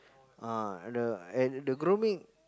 ah the and the grooming